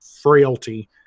frailty